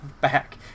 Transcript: back